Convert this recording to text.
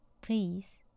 Please